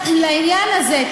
לעניין הזה,